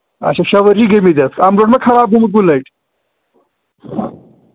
اچھا شےٚ ؤری چھِ گٔمٕتۍ اَتھ اَمہِ برونٛٹھ ما خراب گوٚمُت کُنہِ لَٹہِ